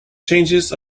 changes